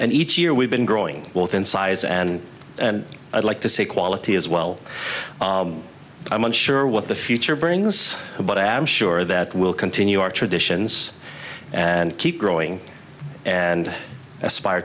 and each year we've been growing wealth in size and i'd like to see quality as well i'm not sure what the future brings but i'm sure that we'll continue our traditions and keep growing and aspire